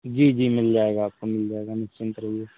जी जी मिल जाएगा आपको मिल जाएगा निश्चिंत रहिए